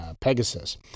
Pegasus